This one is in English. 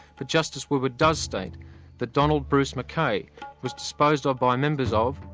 but justice woodward does state that donald bruce mackay was disposed of by members of,